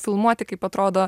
filmuoti kaip atrodo